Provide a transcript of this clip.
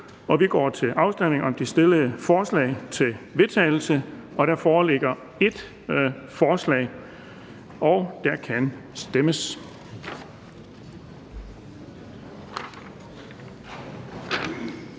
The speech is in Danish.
og vi går til afstemning om det stillede forslag til vedtagelse. Der foreligger ét forslag, og der kan stemmes.